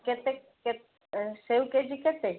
କେତେ କେତେ ସେଉ କେଜି କେତେ